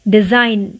Design